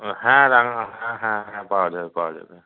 ও হ্যাঁ রাঙা হ্যাঁ হ্যাঁ হ্যাঁ পাওয়া যাবে পাওয়া যাবে